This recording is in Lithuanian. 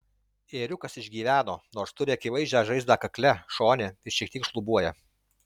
ėriukas išgyveno nors turi akivaizdžią žaizdą kakle šone ir šiek tiek šlubuoja